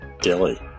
Dilly